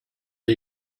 are